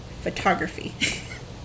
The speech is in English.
Photography